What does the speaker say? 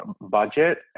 budget